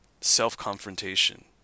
self-confrontation